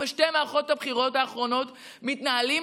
בשתי מערכות הבחירות האחרונות אנחנו מתנהלים